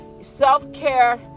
self-care